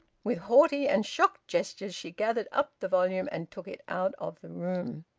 with haughty and shocked gestures she gathered up the volume and took it out of the room.